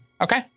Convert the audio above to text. Okay